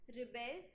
rebel